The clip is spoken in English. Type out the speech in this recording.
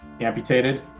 amputated